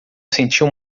sentiu